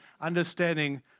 understanding